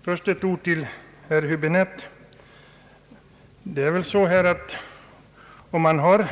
Herr talman! Först ett ord till herr Häbinette! Om man har